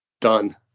done